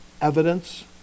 evidence